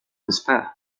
despair